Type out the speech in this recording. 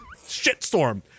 Shitstorm